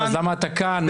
למה אתה כאן?